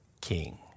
king